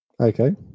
Okay